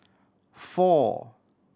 four